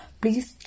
please